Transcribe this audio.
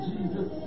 Jesus